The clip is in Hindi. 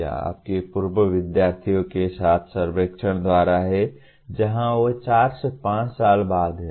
यह आपके पूर्व विद्यार्थियों के साथ सर्वेक्षण द्वारा है जहां वे चार से पांच साल बाद हैं